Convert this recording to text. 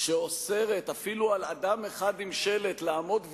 שאוסרת אפילו על אדם אחד עם שלט לעמוד,